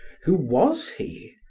who was he?